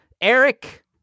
Eric